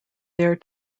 their